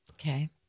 Okay